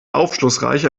aufschlussreich